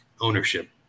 ownership